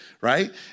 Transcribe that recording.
right